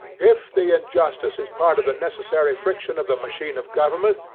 if the injustice is part of the necessary friction of the machine of government,